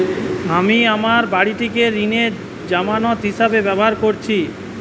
আমি আমার বাড়িটিকে ঋণের জামানত হিসাবে ব্যবহার করেছি